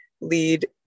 lead